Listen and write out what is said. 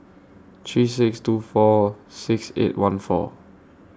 three six two four six eight one four